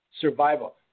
survival